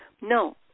No